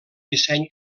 disseny